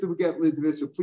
Please